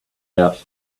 out